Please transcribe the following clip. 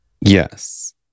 Yes